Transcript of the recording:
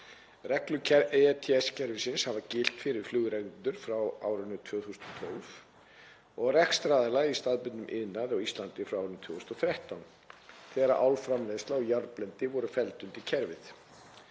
Reglur ETS-kerfisins hafa gilt fyrir flugrekendur frá árinu 2012 og rekstraraðila í staðbundnum iðnaði á Íslandi frá árinu 2013 þegar álframleiðsla og járnblendi voru felld undir kerfið.